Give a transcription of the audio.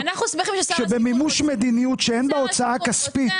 המהות שבמימוש מדיניות שאין בה הוצאה כספית.